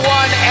one